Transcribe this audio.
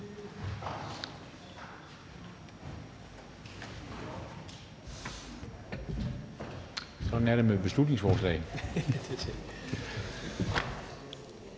Tak